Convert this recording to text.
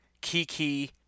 Kiki